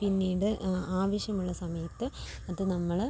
പിന്നീട് ആവശ്യമുള്ള സമയത്ത് അത് നമ്മൾ